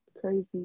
crazy